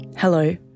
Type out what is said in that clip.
Hello